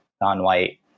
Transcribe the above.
non-white